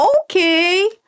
okay